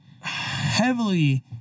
heavily